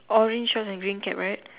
orange one and green cap right